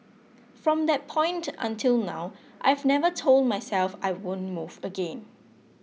from that point until now I've never told myself I won't move again